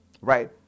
right